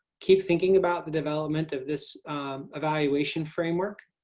keep thinking about the development of this evaluation framework.